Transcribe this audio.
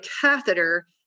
catheter